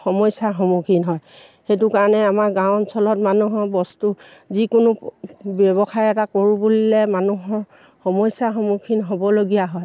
সমস্যাৰ সন্মুখীন হয় সেইটো কাৰণে আমাৰ গাঁও অঞ্চলত মানুহৰ বস্তু যিকোনো ব্যৱসায় এটা কৰোঁ বুলিলে মানুহৰ সমস্যাৰ সন্মুখীন হ'বলগীয়া হয়